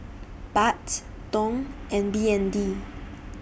Baht Dong and B N D